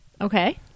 Okay